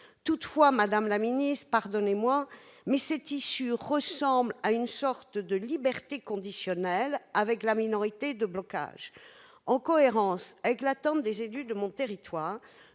Toutefois, pardonnez-moi, cette issue ressemble à une sorte de liberté conditionnelle, du fait de la minorité de blocage. En cohérence avec l'attente des élus de mon territoire,